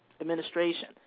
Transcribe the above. administration